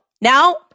now